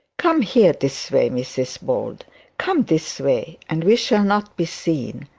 come here, this way, mrs bold come this way, and we shall not be seen.